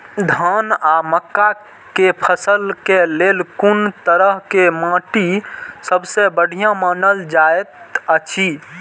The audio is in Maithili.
धान आ मक्का के फसल के लेल कुन तरह के माटी सबसे बढ़िया मानल जाऐत अछि?